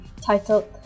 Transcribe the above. titled